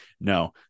no